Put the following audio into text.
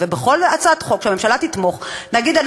ונבוא ונדבר אך ורק על זה, עד שימצאו פתרון.